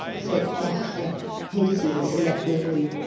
said fat f, hastening to let me in.